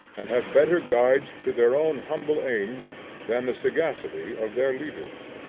and have better guides to their own humble aims than the sagacity of their leaders.